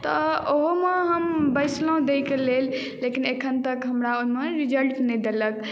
तऽ ओहो मे हम बैसलहुॅं दै के लेल लेकिन एखन तक हमरा ओहि मे रिजल्ट नहि देलक